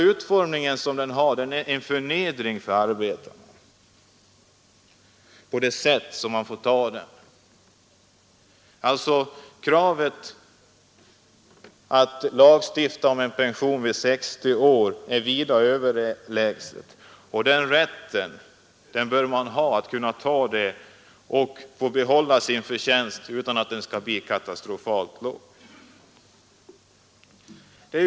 Utformningen är en förnedring för arbetarna. Kravet på lagstiftning om en pension vid 60 år är vida överlägset. Man bör ha rätt till sådan pension och samtidigt att behålla sin förtjänst utan att den blir katastrofalt låg.